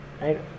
right